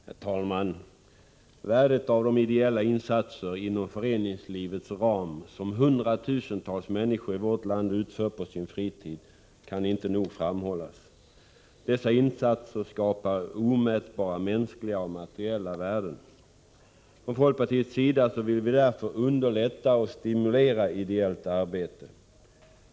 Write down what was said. Herr talman! Värdet av de ideella insatser inom föreningslivets ram som hundratusentals människor i vårt land utför på sin fritid kan inte nog framhållas. Dessa insatser skapar omätbara mänskliga och materiella värden. Från folkpartiets sida vill vi därför underlätta och stimulera ideellt arbete.